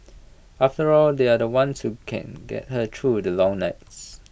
after all they are the ones who can get her through the long nights